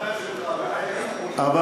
חבר שלך, אבל,